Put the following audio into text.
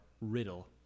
riddle